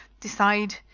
decide